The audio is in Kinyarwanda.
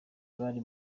bari